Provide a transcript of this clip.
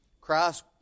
Christ